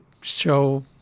show –